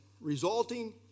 resulting